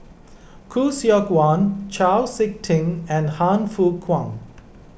Khoo Seok Wan Chau Sik Ting and Han Fook Kwang